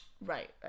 Right